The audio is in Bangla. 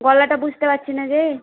গলাটা বুঝতে পারছি না কে